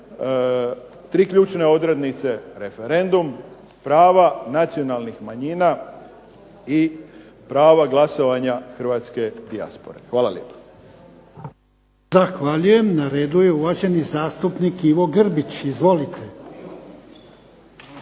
tri ključne odrednice: referendum, prava nacionalnih manjina i prava glasovanja hrvatske dijaspore. Hvala lijepo.